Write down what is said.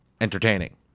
entertaining